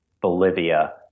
Bolivia